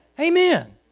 Amen